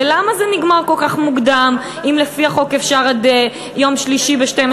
ולמה זה נגמר כל כך מוקדם אם לפי החוק אפשר עד יום שלישי בחצות?